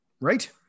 Right